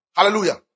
Hallelujah